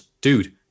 dude